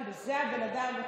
זה הבן אדם.